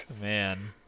man